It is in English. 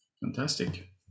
fantastic